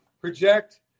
project